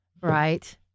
right